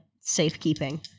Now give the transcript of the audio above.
safekeeping